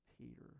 Peter